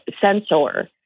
censor